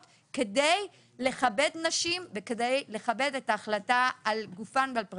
כדי לכבד נשים וכדי לכבד את ההחלטה על גופן ועל פרטיותן.